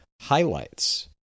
highlights